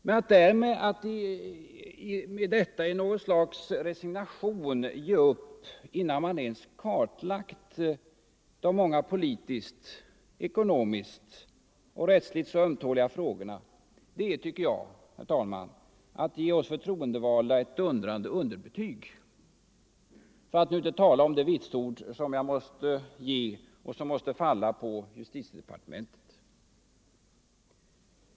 Men att därmed i något slags resignation ge upp innan man ens kartlagt de många politiskt, ekonomiskt och rättsligt så ömtåliga frågorna är att ge oss förtroendevalda ett dundrande underbetyg, för att nu inte tala om det vitsord som måste tilldelas justitiedepartementet.